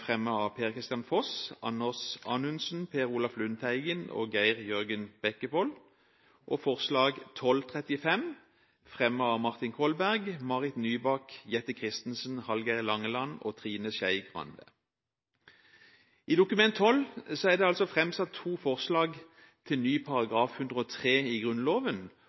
fremmet av Per-Kristian Foss, Anders Anundsen, Per Olaf Lundteigen og Geir Jørgen Bekkevold, og forslag i Dokument 12:35 for 2011–2012, fremmet av Martin Kolberg, Marit Nybakk, Jette F. Christensen, Hallgeir H. Langeland og Trine Skei Grande. I Dokument 12:35 og 12:34 for 2011–2012 er det altså framsatt to forslag til ny § 103 i Grunnloven,